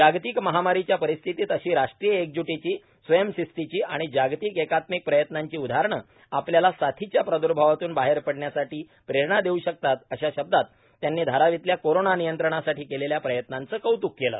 जागतिक महामारीच्या परिस्थितीत अशी राष्ट्रीय एकजुटीची स्वयंशिस्तीची आणि जागतिक एकात्मिक प्रयत्नांची उदाहरणं आपल्याला साथीच्या प्रादुर्भावातून बाहेर पडण्यासाठी प्रेरणा देऊ शकतात अशा शब्दात त्यांनी धारावीतल्या कोरोना नियंत्रणासाठी केलेल्या प्रयत्नांचं कौतूक केलं